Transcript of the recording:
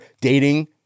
dating